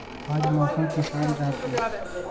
आज मौसम किसान रहतै?